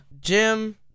Jim